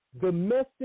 domestic